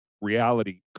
reality